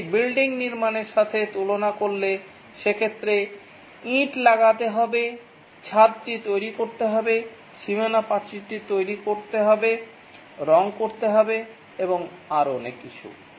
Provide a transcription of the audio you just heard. একটি বিল্ডিং নির্মাণের সাথে তুলনা করলে সেক্ষেত্রে ইট লাগাতে হবে ছাদটি তৈরি করতে হবে সীমানা প্রাচীরটি তৈরি করতে হবে রং করতে হবে এবং আরও অনেক কিছু